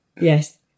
Yes